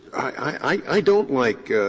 i don't like